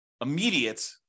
immediate